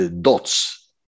dots